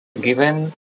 given